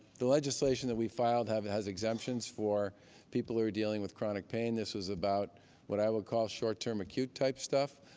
the legislation that we filed has exemptions for people who are dealing with chronic pain. this was about what i would call short-term, acute-type stuff.